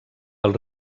els